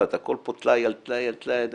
הכול פה טלאי על טלאי על טלאי.